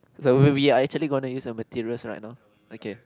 so we we are actually going to use the materials right now okay